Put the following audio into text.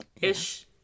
ish